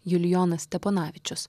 julijonas steponavičius